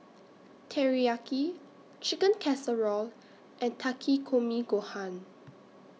Teriyaki Chicken Casserole and Takikomi Gohan